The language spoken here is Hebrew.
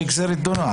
הוא יגזור את דינו.